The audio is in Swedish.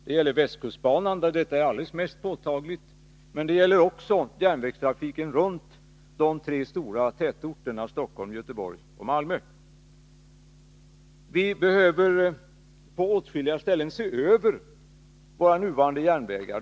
Det gäller västkustbanan, där detta är allra mest påtagligt, men det gäller också järnvägstrafiken runt de tre stora tätorterna Stockholm, Göteborg och Malmö. Vi behöver på åtskilliga ställen se över våra nuvarande järnvägar.